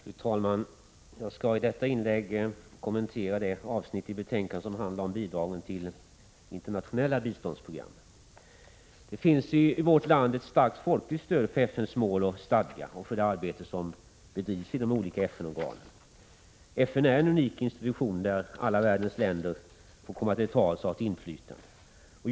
Fru talman! Jag skall i detta inlägg kommentera det avsnitt i betänkandet som handlar om bidragen till internationella biståndsprogram. Det finns i vårt land ett starkt folkligt stöd för FN:s mål och stadgar och för det arbete som bedrivs i de olika FN-organen. FN är en unik institution, där alla världens länder får komma till tals och ha ett inflytande.